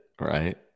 right